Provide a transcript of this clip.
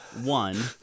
One